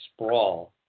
sprawl